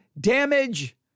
damage